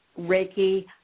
Reiki